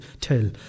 tell